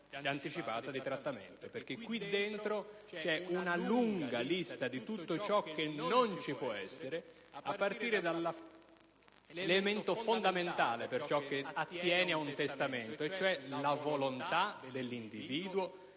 anticipata di trattamento». Qui dentro vi è una lunga lista di tutto ciò che non ci può essere, a partire dall'elemento fondamentale per ciò che attiene ad un testamento, cioè la volontà dell'individuo